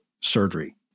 surgery